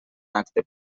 acte